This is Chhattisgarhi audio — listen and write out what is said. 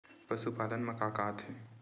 पशुपालन मा का का आथे?